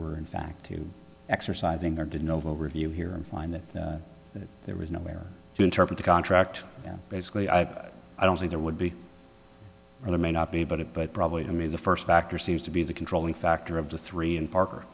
were in fact to exercising or did novo review here and find that there was nowhere to interpret the contract that basically i don't think there would be and i may not be but it but probably to me the first factor seems to be the controlling factor of the three and parker